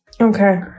Okay